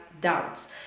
doubts